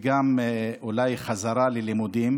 וגם אולי חזרה ללימודים,